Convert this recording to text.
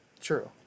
true